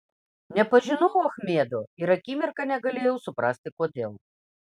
nepažinau achmedo ir akimirką negalėjau suprasti kodėl